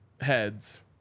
heads